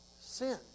Sin